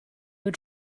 were